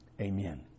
Amen